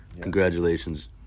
Congratulations